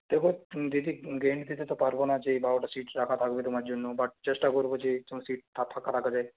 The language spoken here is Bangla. দেখ দিদি গ্যারেন্টি দিতে তো পারবো না যে বারোটা সিট রাখা থাকবে তোমার জন্য বাট চেষ্টা করবো না যে তোমার সিটটা ফাঁকা রাখা যায়